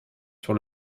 sur